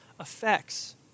effects